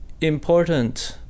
important